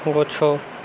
ଗଛ